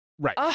Right